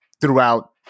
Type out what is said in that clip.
throughout